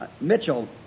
Mitchell